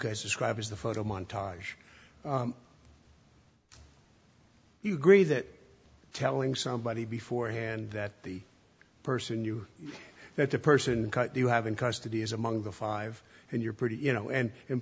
guys described is the photo montage you agree that telling somebody before hand that the person you that the person you have in custody is among the five and you're pretty you know and